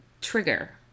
trigger